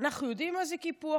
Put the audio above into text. אנחנו יודעים מה זה קיפוח,